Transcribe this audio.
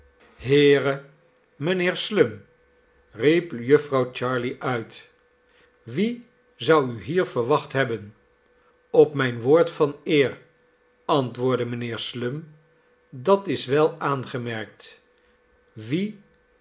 heere mijnheer slum riep jufvrouw jarley uit wie zou u hier verwacht hebben op mijn woord van eer antwoordde mijnheer slum dat is wel aangemerkt